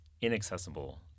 inaccessible